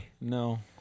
No